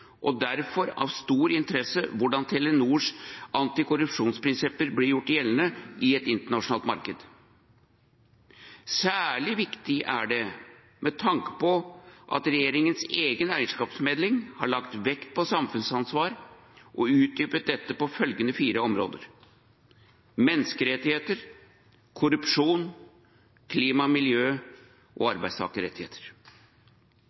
og derfor av stor interesse hvordan Telenors antikorrupsjonsprinsipper blir gjort gjeldende i et internasjonalt marked. Særlig viktig er det med tanke på at regjeringas egen eierskapsmelding har lagt vekt på samfunnsansvar og utdypet dette på følgende fire områder: menneskerettigheter, korrupsjon, klima og miljø og arbeidstakerrettigheter.